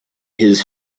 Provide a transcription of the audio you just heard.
his